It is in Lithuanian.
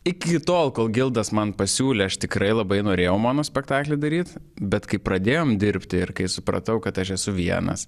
iki tol kol gildas man pasiūlė aš tikrai labai norėjau monospektaklį daryt bet kai pradėjom dirbti ir kai supratau kad aš esu vienas